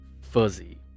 fuzzy